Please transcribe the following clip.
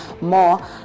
More